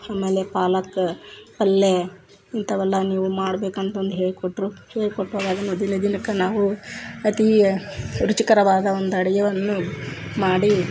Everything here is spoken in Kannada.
ಆಮೇಲೆ ಪಾಲಕ್ ಪಲ್ಲೆ ಇಂಥವೆಲ್ಲ ನೀವು ಮಾಡ್ಬೇಕು ಅಂತಂದು ಹೇಳಿಕೊಟ್ರು ಹೇಳಿಕೊಟ್ಟಾಗ ಅದನ್ನು ದಿನ ದಿನಕ್ಕೆ ನಾವು ಅತೀ ರುಚಿಕರವಾದ ಒಂದು ಅಡುಗೆಯನ್ನು ಮಾಡಿ